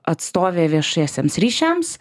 atstovė viešiesiems ryšiams